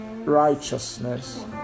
righteousness